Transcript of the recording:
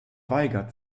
weigert